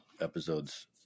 episodes